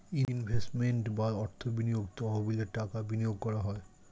investment বা অর্থ বিনিয়োগ তহবিলে টাকা বিনিয়োগ করা হয়